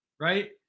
right